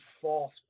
false